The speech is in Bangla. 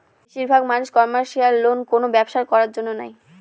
বেশির ভাগ মানুষ কমার্শিয়াল লোন কোনো ব্যবসা করার জন্য নেয়